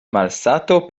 malsato